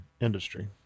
industry